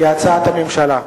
כהצעת הממשלה.